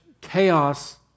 chaos